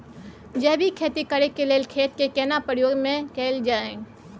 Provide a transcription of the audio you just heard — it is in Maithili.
जैविक खेती करेक लैल खेत के केना प्रयोग में कैल जाय?